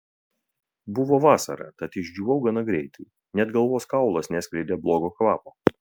buvo vasara tad išdžiūvau gana greitai net galvos kaulas neskleidė blogo kvapo